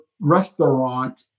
restaurant